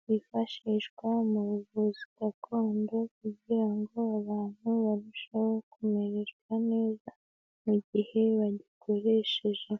byifashishwa mu buvuzi gakondo kugira ngo abantu barusheho kumererwa neza mu gihe bayikoresheje.